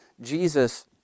Jesus